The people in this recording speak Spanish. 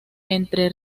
entre